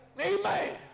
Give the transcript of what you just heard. Amen